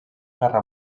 guerra